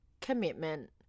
commitment